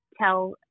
tell